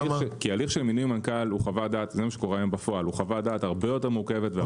הליך של מינוי מנכ"ל הוא חוות דעת הרבה יותר מורכבת.